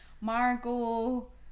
Margot